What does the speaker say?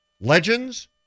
Legends